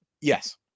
Yes